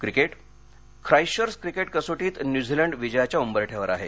cricket Christchurch cricket कसोटीत New Zealand विजयाच्या उंबरठ्यावर आहे